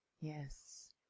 Yes